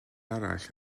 arall